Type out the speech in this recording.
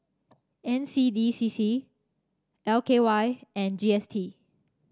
N C D C C L K Y and G S T